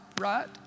right